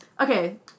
Okay